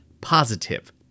positive